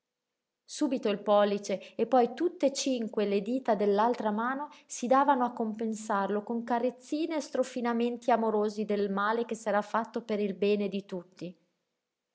subito il pollice e poi tutt'e cinque le dita dell'altra mano si davano a compensarlo con carezzine e strofinamenti amorosi del male che s'era fatto per il bene di tutti